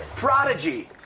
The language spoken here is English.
prodigy.